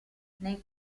nei